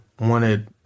wanted